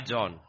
John